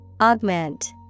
Augment